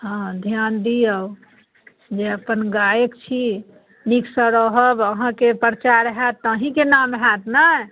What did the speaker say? हँ ध्यान दियौ जे अपन गायक छी नीकसँ रहब अहाँकेँ प्रचार होयत तऽ अहिंँके नाम होयत ने